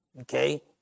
Okay